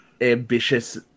ambitious